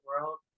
world